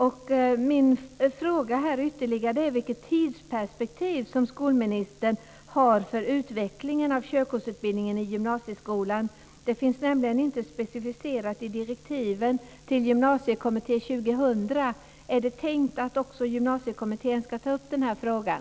Ytterligare en fråga är vilket tidsperspektiv skolministern har för utvecklingen av körkortsutbildningen i gymnasieskolan. Det finns nämligen inte specificerat i direktiven till Gymnasiekommitté 2000. Är det tänkt att också Gymnasiekommittén ska ta upp den här frågan?